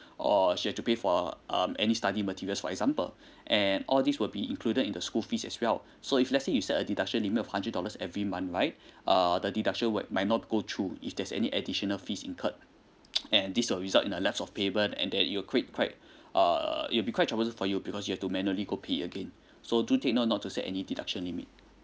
or she have to pay for um any study materials for example and all these will be included in the school fees as well so if let's say you set a deduction limit of hundred dollars every month right err the deduction will might not go through if there's any additional fees incurred and this will result in a lacks of payment and then it will create quite uh it will be quite troublesome for you because you to manually go pay again so do take note not to set any deduction limit